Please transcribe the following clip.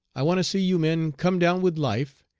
i want to see you men come down with life,